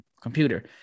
computer